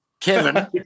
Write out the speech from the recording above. Kevin